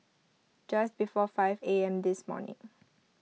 just before five A M this morning